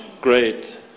Great